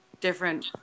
different